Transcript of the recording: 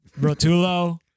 Rotulo